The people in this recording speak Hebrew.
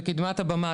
בקדמת הבמה,